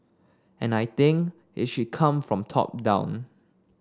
and I think it should come from top down